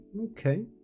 Okay